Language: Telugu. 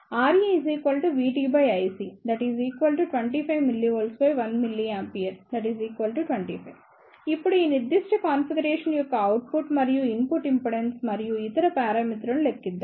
7V reVTIC25mV1mA 25 ఇప్పుడు ఈ నిర్దిష్ట కాన్ఫిగరేషన్ యొక్క అవుట్పుట్ మరియు ఇన్పుట్ ఇంపెడెన్స్ మరియు ఇతర పారామితులను లెక్కిద్దాం